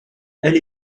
elle